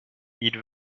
ils